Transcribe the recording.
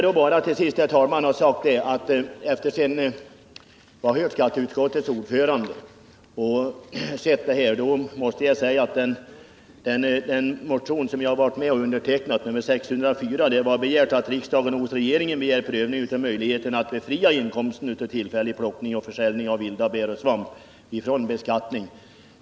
I motionen 604, som jag har varit med om att väcka, hemställs att riksdagen hos regeringen begär prövning av möjligheten att befria inkomst av tillfällig plockning och försäljning av vilda bär och svamp från beskattning.